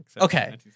okay